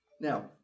Now